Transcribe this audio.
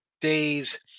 day's